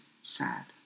sad